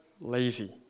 lazy